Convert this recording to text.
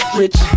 rich